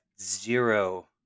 zero